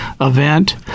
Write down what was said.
event